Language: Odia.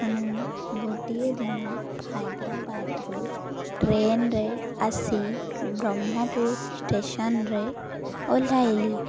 ମୁଁ ଗୋଟିଏ ଦିନ ହାଇଦ୍ରାବାଦରୁ ଟ୍ରେନରେ ଆସି ବ୍ରହ୍ମପୁର ଷ୍ଟେସନରେ ଓହ୍ଲାଇଲି